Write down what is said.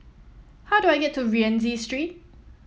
how do I get to Rienzi Street